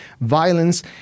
violence